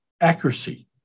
accuracy